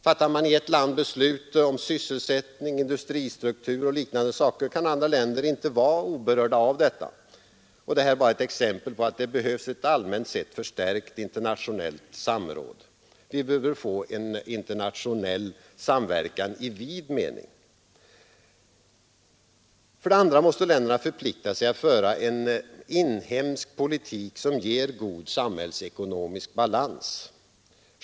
Fattar man i ett land beslut om sysselsättning, industristruktur och liknande saker, kan andra länder inte vara oberörda av detta. Det är bara ett exempel på att det behövs ett allmänt sett förstärkt internationellt samråd. Vi behöver få en internationell samverkan i vid mening. För det andra måste länderna förplikta sig att föra en inhemsk politik som ger god samhällsekonomisk balans.